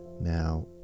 now